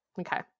Okay